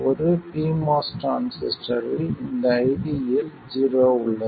ஒரு p MOS டிரான்சிஸ்டரில் இந்த ID யில் ஜீரோ உள்ளது